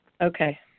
Okay